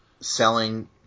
selling